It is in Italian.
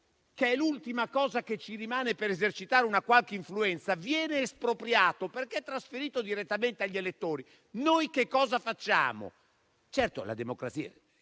che è l'ultima cosa che ci rimane per esercitare una qualche influenza, viene espropriato perché trasferito direttamente agli elettori, noi che cosa facciamo? Certo, la democrazia...